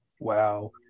Wow